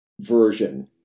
version